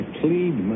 plead